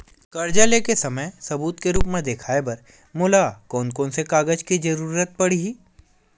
कर्जा ले के समय सबूत के रूप मा देखाय बर मोला कोन कोन से कागज के जरुरत पड़ही?